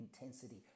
intensity